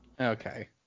Okay